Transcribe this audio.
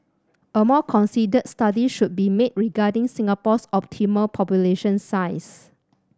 a more considered study should be made regarding Singapore's optimal population size